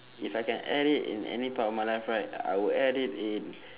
if I can add it in any part of my life right I would add it in